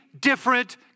different